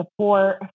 support